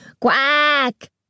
Quack